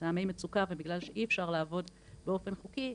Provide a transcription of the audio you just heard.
מטעמי מצוקה ובגלל שאי אפשר לעבוד באופן חוקי,